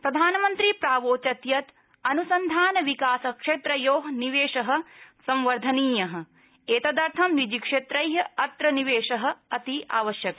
प्रधानमंत्री प्रावोचत् यत् अनुसंधान विकास क्षेत्रयो निवेश संवर्धनीय एतदर्थ निजिक्षेत्रा अत्र निवेश अस्ति आवश्यक